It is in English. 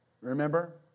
Remember